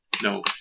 No